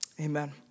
amen